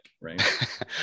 right